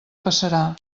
passarà